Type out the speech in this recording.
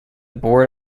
board